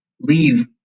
leave